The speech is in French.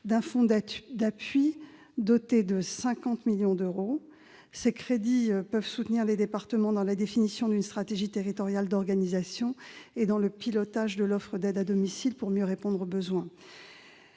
Ce fonds d'appui est doté de 50 millions d'euros. Ces crédits peuvent soutenir les départements dans la définition d'une stratégie territoriale d'organisation et de pilotage de l'offre d'aide à domicile, afin de mieux répondre aux besoins.